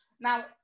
Now